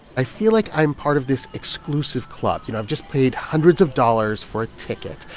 i feel like i'm part of this exclusive club. you know, i've just paid hundreds of dollars for a ticket.